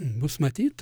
bus matyt